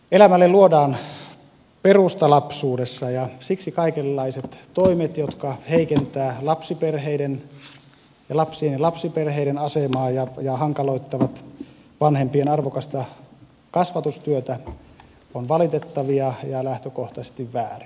elämälle luodaan perusta lapsuudessa ja siksi kaikenlaiset toimet jotka heikentävät lapsiperheiden asemaa ja hankaloittavat vanhempien arvokasta kasvatustyötä ovat valitettavia ja lähtökohtaisesti väärin